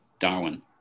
Darwin